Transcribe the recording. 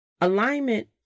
Alignment